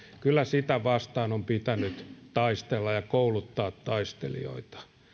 kyllä sitä vastaan on pitänyt taistella ja kouluttaa taistelijoita